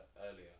earlier